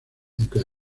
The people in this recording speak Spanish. aunque